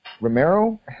Romero